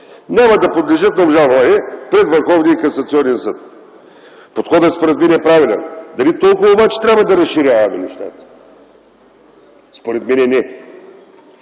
няма да подлежат на обжалване пред Върховния касационен съд. Подходът според мен е правилен. Дали толкова обаче трябва да разширяваме нещата? Според мен – не.